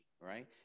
right